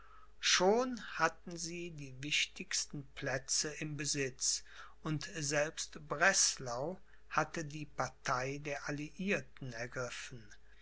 schon hatten sie die wichtigsten plätze im besitz und selbst breslau hatte die partei der alliierten ergriffen